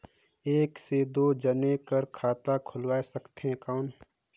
एक से दो जने कर खाता खुल सकथे कौन?